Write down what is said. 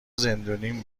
زندونیم